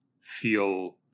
feel